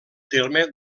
terme